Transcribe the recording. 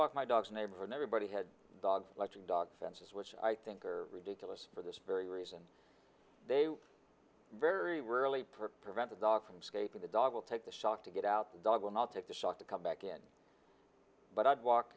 walk my dogs neighbor and everybody had dogs watching dog fences which i think are ridiculous for this very reason they very rarely per prevent the dog from scraping the dog will take the shock to get out the dog will not take the shock to come back in but i'd walk